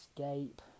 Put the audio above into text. escape